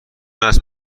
است